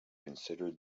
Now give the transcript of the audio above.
considered